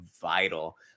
vital